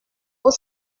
aux